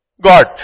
God